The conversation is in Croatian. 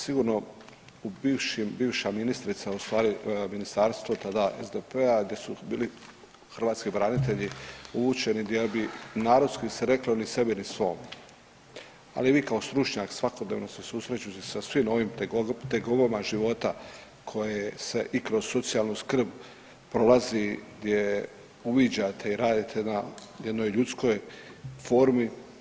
Sigurno bivša ministrica u stvari, ministarstvo tada SDP-a gdje su bili hrvatski branitelji uvučeni, gdje bi narodski se reklo „ni sebi, ni svom“ ali vi kao stručnjak svakodnevno se susrećete sa svim ovim tegobama života koje se i kroz socijalnu skrb prolazi gdje uviđate i radite na jednoj ljudskoj formi.